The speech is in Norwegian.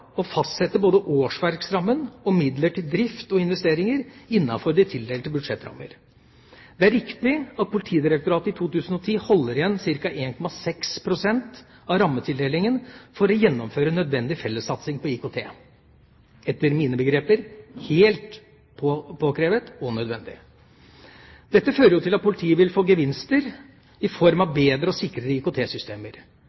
å fastsette både årsverksrammen og midler til drift og investeringer innenfor de tildelte budsjettrammer. Det er riktig at Politidirektoratet i 2010 holder igjen ca. 1,6 pst. av rammetildelingen for å gjennomføre nødvendig fellessatsing på IKT. Etter mine begreper er dette helt påkrevet og nødvendig. Dette fører til at politiet vil få gevinster i form av